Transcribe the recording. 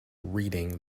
reading